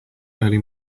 early